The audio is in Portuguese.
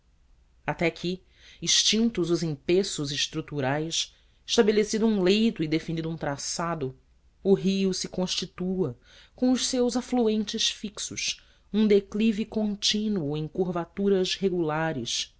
até que extintos os empeços estruturais estabelecido um leito e definido um traçado o rio se constitua com os seus afluentes fixos um declive contínuo em curvaturas regulares